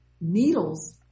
needles